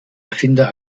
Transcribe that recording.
erfinder